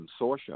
consortium